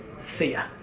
see ya.